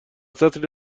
سطری